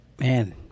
Man